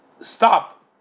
stop